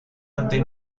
ante